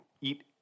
eat